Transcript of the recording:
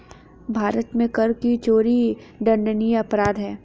भारत में कर की चोरी दंडनीय अपराध है